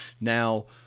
Now